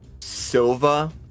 Silva